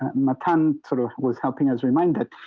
matan sort of was helping us remind it.